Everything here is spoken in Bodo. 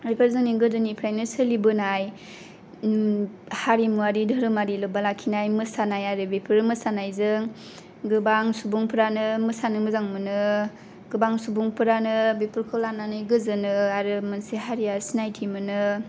बेफोर जोंनि गोदोनिफ्रायनो सोलिबोनाय हारिमुवारि धोरामारि लोब्बा लाखिनानै मोसानाय आरो बेफोर मोसानायजों गोबां सुबुंफ्रानो मोसानो मोजां मोनो गोबां सुबुंफ्रानो बेफोरखौ लानानै गोजोनो आरो मोनसे हारिया सिनायथि मोनो